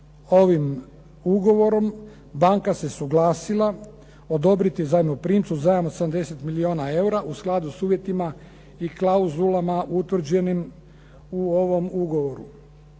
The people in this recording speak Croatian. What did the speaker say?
Ovim ugovorom banka se suglasila odobriti zajmoprimcu zajam od 70 milijuna eura u skladu s uvjetima i klauzulama utvrđenim u ovom ugovoru.